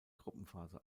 gruppenphase